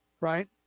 right